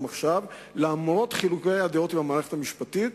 למרות חילוקי הדעות עם המערכת המשפטית,